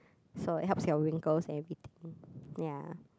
so it helps your wrinkles and everything ya